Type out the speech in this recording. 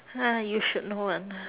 ah you should know ah